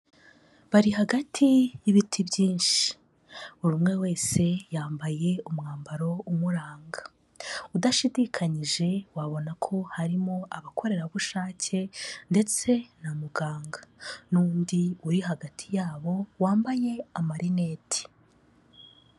Bari hagati y'ibiti byinshi, buri umwe wese yambaye umwambaro umuranga, udashidikanyije wabona ko harimo abakorerabushake ndetse na muganga n'undi uri hagati yabo wambaye amarineti.